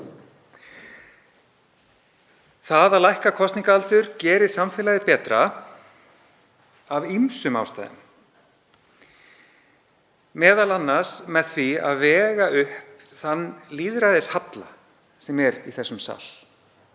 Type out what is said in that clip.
Það að lækka kosningaaldur gerir samfélagið betra af ýmsum ástæðum, m.a. með því að vega upp þann lýðræðishalla sem er í þessum sal